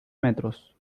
metros